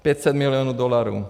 500 milionů dolarů.